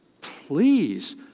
Please